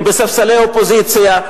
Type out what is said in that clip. ספסלי האופוזיציה,